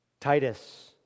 Titus